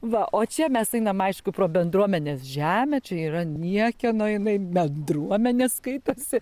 va o čia mes einam aišku pro bendruomenės žemę čia yra niekieno jinai bendruomenės skaitosi